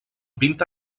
pinta